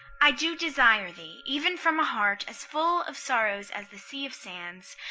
i do desire thee, even from a heart as full of sorrows as the sea of sands,